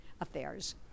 affairs